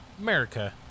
america